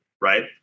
right